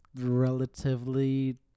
relatively